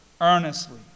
earnestly